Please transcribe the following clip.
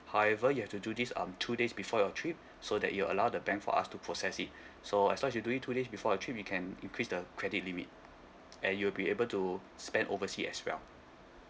however you have to do this um two days before your trip so that it'll allow the bank for us to process it so as long as you do it two days before the trip we can increase the credit limit and you'll be able to spend overseas as well